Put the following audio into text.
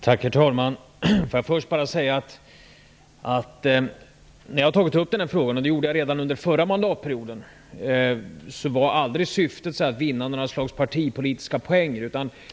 Herr talman! När jag tog upp den här frågan - och det gjorde jag redan under den förra mandatperioden - var aldrig syftet att vinna några partipolitiska poänger.